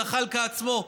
זחאלקה עצמו,